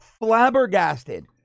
flabbergasted